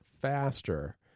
faster